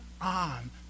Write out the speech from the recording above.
on